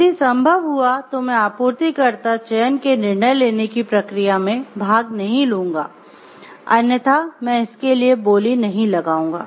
यदि संभव हुआ तो मैं आपूर्तिकर्ता चयन के निर्णय लेने की प्रक्रिया में भाग नहीं लूंगा अन्यथा मैं इसके लिए बोली नहीं लगाऊंगा